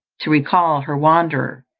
to recall her wanderer,